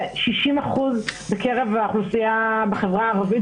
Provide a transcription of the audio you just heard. ו-60% בקרב האוכלוסייה בחברה הערבית